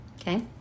Okay